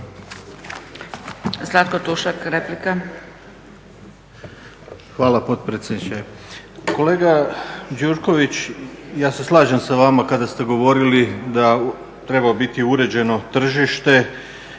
Zlatko Tušak, replika.